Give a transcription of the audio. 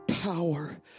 power